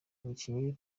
abakinnyi